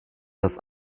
das